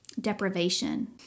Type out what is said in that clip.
deprivation